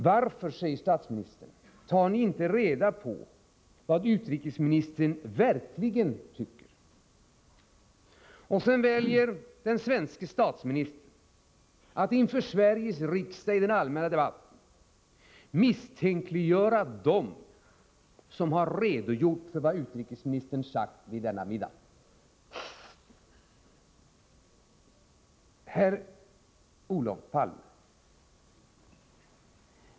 Varför, säger statsministern, tar ni inte reda på vad utrikesministern verkligen tycker? Och sedan väljer den svenske statsministern att inför Sveriges riksdag i den allmänna debatten misstänkliggöra dem som har redogjort för vad utrikesministern sagt vid denna middag. Herr Olof Palme!